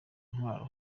intwaro